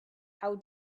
how